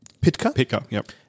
Pitka